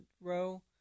row